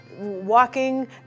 walking